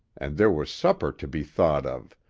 and there was supper to be thought of,